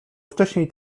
wcześniej